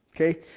Okay